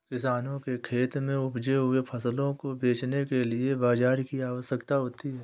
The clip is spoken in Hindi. किसानों के खेत में उपजे हुए फसलों को बेचने के लिए बाजार की आवश्यकता होती है